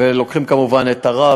ולוקחים כמובן את הרע,